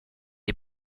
est